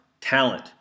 talent